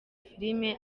film